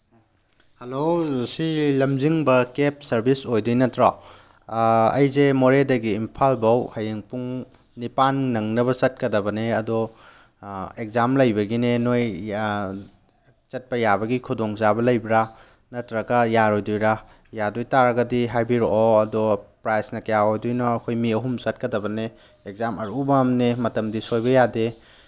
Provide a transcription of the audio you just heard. hello ꯁꯤ ꯂꯝꯖꯤꯡꯕ ꯀꯦꯞ ꯁꯥꯔꯚꯤꯁ ꯑꯣꯏꯗꯣꯏ ꯅꯠꯇ꯭ꯔꯣ ꯑꯩꯁꯦ ꯃꯣꯔꯦꯗꯒꯤ ꯏꯝꯐꯥꯜꯐꯥꯎ ꯍꯌꯦꯡ ꯄꯨꯡ ꯅꯤꯄꯥꯜ ꯅꯪꯅꯕ ꯆꯠꯀꯗꯕꯅꯦ ꯑꯗꯣ ꯑꯦꯛꯖꯥꯝ ꯂꯩꯕꯒꯤꯅꯦ ꯅꯣꯏ ꯆꯠꯄ ꯌꯥꯕꯒꯤ ꯈꯨꯗꯣꯡꯆꯥꯕ ꯂꯩꯕ꯭ꯔꯥ ꯅꯠꯇ꯭ꯔꯒ ꯌꯥꯔꯣꯏꯗꯣꯏꯔꯥ ꯌꯥꯗꯣꯏ ꯇꯥꯔꯒꯗꯤ ꯍꯥꯏꯕꯤꯔꯛꯑꯣ ꯑꯗꯣ ꯄ꯭ꯔꯥꯁꯅ ꯀꯌꯥ ꯑꯣꯏꯗꯣꯏꯅꯣ ꯑꯩꯈꯣꯏ ꯃꯤ ꯑꯍꯨꯝ ꯆꯠꯀꯗꯕꯅꯦ ꯑꯦꯛꯖꯥꯝ ꯑꯔꯨꯕ ꯑꯝꯅꯦ ꯃꯇꯝꯗꯤ ꯁꯣꯏꯕ ꯌꯥꯗꯦ